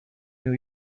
new